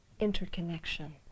interconnection